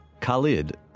Khalid